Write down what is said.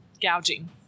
gouging